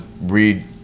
read